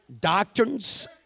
Doctrines